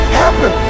happen